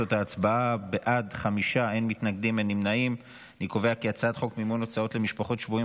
ההצעה להעביר את הצעת החוק מימון הוצאות למשפחות שבויים,